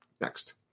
Next